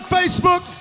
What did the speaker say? Facebook